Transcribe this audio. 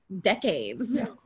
decades